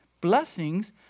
Blessings